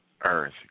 earth